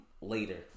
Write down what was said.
later